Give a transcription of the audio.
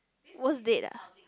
worst date ah